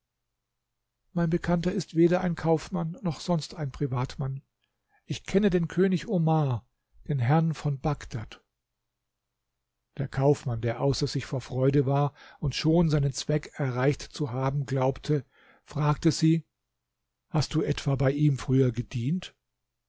mein bekannter ist weder ein kaufmann noch sonst ein privatmann ich kenne den könig omar den herrn von bagdad der kaufmann der außer sich vor freude war und schon seinen zweck erreicht zu haben glaubte fragte sie hast du etwa bei ihm früher gedient